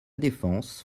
défense